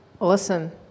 Awesome